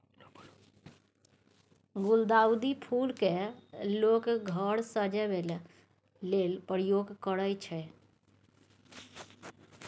गुलदाउदी फुल केँ लोक घर सजेबा लेल प्रयोग करय छै